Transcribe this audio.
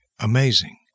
amazing